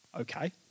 Okay